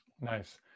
Nice